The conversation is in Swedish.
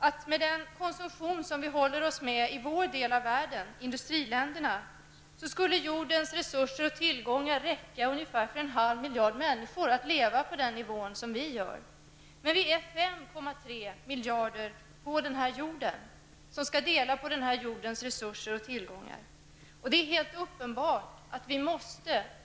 att med den konsumtionsnivå vi håller oss med i vår del av världen, i industriländerna, skulle jordens resurser och tillgångar räcka för ungefär en halv miljard människor om de skulle leva på den nivå som vi gör. Men vi är 5,3 miljarder människor som skall dela på resurser och tillgångar på denna jord.